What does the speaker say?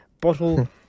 bottle